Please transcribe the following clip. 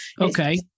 okay